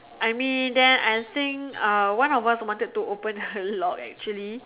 I mean then I think uh one of us wanted to open the lock actually